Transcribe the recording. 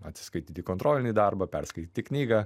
atsiskaityti kontrolinį darbą perskaityti knygą